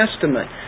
Testament